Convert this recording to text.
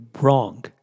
wrong